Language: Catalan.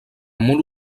molt